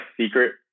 secret